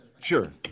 Sure